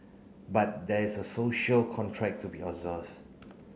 but there's a social contract to be observed